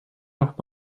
noch